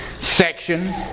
section